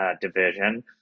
division